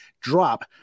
drop